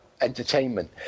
entertainment